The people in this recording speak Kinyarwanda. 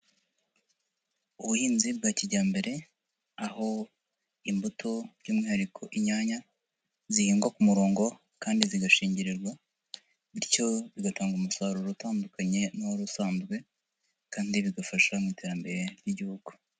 Ubuhinzi bwa kijyambere aho imbuto by'umwihariko inyanya zihingwa ku murongo kandi zigashingirirwa bityo bigatanga umusaruro utandukanye n'uwari usanzwe kandi bigafasha mu iterambere ry'igihugu.